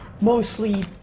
mostly